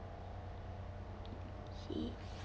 okay